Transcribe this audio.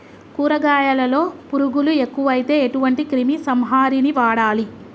కూరగాయలలో పురుగులు ఎక్కువైతే ఎటువంటి క్రిమి సంహారిణి వాడాలి?